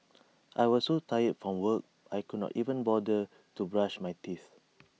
I was so tired from work I could not even bother to brush my teeth